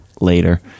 later